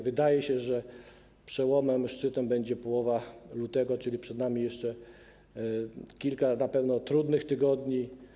Wydaje się, że przełomem, szczytem będzie połowa lutego, czyli przed nami jeszcze kilka na pewno trudnych tygodni.